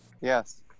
Yes